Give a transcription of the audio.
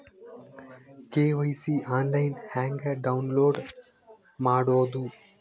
KYC online ಹೆಂಗ್ download ಮಾಡೋದು?